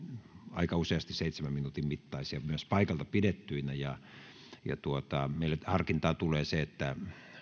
aika useasti seitsemän minuutin mittaisia myös paikalta pidettyinä meillä nyt harkintaan tulee se että